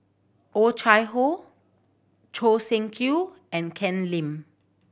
Oh Chai Hoo Choo Seng Quee and Ken Lim